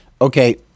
okay